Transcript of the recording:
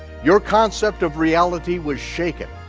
your concept of reality was shaken,